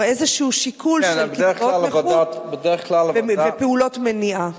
כלומר איזשהו שיקול של קצבאות נכות בפעולות מניעה.